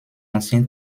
ancien